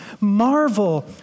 Marvel